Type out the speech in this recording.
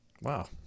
Wow